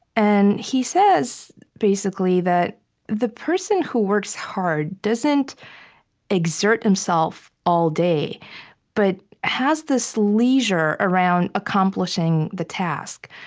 and he says, basically, that the person who works hard doesn't exert himself all day but has this leisure around accomplishing the task.